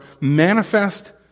manifest